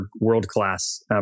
world-class